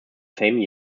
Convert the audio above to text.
same